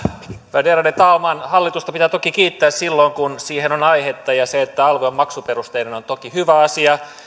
värderade talman hallitusta pitää toki kiittää silloin kun siihen on aihetta ja se että alv on maksuperusteinen on toki hyvä asia